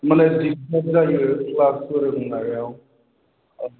माने दिग्दार जायो क्लास फोरोंनायाव